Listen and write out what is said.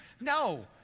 No